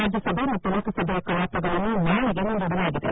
ರಾಜ್ಯಸಭೆ ಮತ್ತು ಲೋಕಸಭೆಯ ಕಲಾಪಗಳನ್ನು ನಾಳೆಗೆ ಮುಂದೂಡಲಾಗಿದೆ